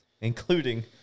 including